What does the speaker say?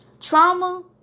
Trauma